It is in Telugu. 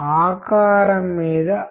కమ్యూనికేషన్ అనేది సహకరించే ప్రక్రియ